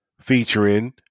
featuring